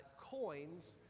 coins